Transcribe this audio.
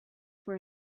were